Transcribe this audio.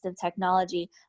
technology